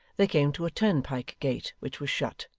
they came to a turnpike-gate, which was shut.